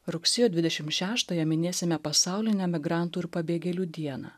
rugsėjo dvidešimt šeštąją minėsime pasaulinę migrantų ir pabėgėlių dieną